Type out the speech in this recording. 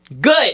Good